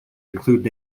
include